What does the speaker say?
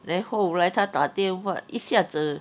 then 后来他打电话一下子